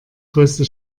größte